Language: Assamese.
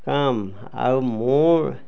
কাম আৰু মোৰ